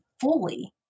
fully